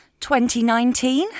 2019